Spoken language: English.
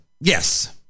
Yes